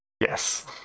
Yes